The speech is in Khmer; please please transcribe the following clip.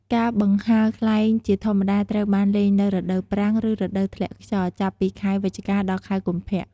ការបង្ហើរខ្លែងជាធម្មតាត្រូវបានលេងនៅ រដូវប្រាំង ឬ រដូវធ្លាក់ខ្យល់ ចាប់ពីខែវិច្ឆិកា ដល់ខែកុម្ភៈ។